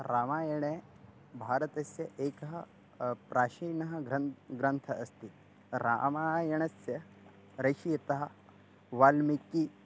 रामायणं भारतस्य एकः प्राचीनः ग्रन्थः ग्रन्थ अस्ति रामायणस्य रचितः वाल्मीकिः